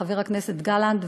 חבר הכנסת גלנט,